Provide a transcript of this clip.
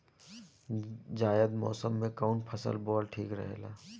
जायद मौसम में कउन फसल बोअल ठीक रहेला?